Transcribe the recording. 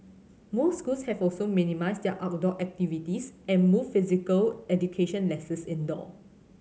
most schools have also minimised their outdoor activities and moved physical education lessons indoor